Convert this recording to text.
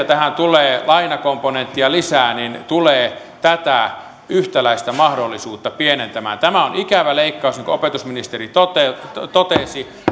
tähän tulee lainakomponenttia lisää tulee tätä yhtäläistä mahdollisuutta pienentämään tämä on ikävä leikkaus niin kuin opetusministeri totesi